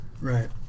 right